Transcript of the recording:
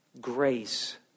Grace